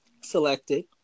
selected